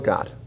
God